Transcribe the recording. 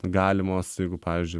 galimos jeigu pavyzdžiui